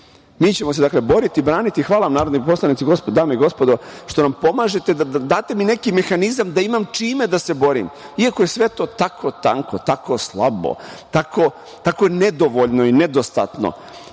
Mi ćemo se boriti, braniti. Hvala vam narodni poslanici, dame i gospodo što nam pomažete. Date mi neki mehanizam da imam čime da se borim, iako je sve to tako tanko, tako slabo, tako nedovoljno i nedostatno.